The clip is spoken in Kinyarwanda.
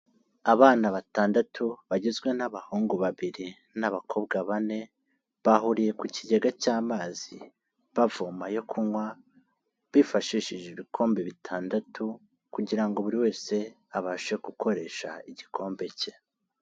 Abana batandatu bagizwe n'abahungu babiri n'abakobwa bane, bahuriye ku kigega cy'amazi bavoma ayo kunywa, bifashishije ibikombe bitandatu kugira ngo buri wese abashe gukoresha igikombe cye.